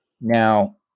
Now